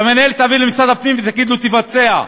תבצע, שהמינהלת תעביר למשרד הפנים ותגיד לו: תבצע,